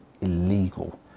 illegal